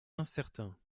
incertain